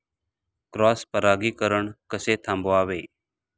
Cross परागीकरण कसे थांबवावे?